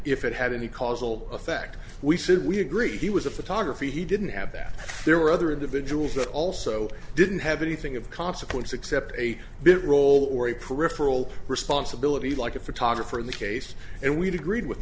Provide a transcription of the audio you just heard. if it had any causal effect we said we agree he was a photography he didn't have that there were other individuals that also didn't have anything of consequence except a bit role or a peripheral responsibility like a photographer in the case and we'd agreed with